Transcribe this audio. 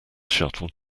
shuttle